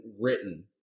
written